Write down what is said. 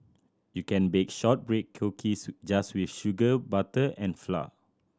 you can bake shortbread cookies just with sugar butter and flour